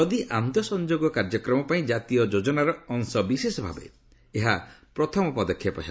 ନଦୀ ଆନ୍ତଃସଂଯୋଗ କାର୍ଯ୍ୟକ୍ରମ ପାଇଁ ଜାତୀୟ ଯୋଜନାର ଅଂଶବିଶେଷ ଭାବେ ଏହା ପ୍ରଥମ ପଦକ୍ଷେପ ହେବ